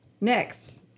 Next